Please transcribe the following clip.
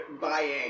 buying